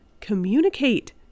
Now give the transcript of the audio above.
communicate